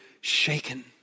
shaken